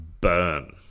burn